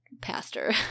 pastor